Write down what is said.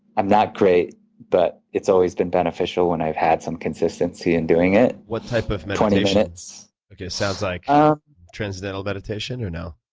i'm not great but it's always been beneficial when i've had some consistency in doing it. what type of meditation? twenty minutes. like it sounds like um transcendental meditation, or no?